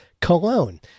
cologne